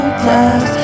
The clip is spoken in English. class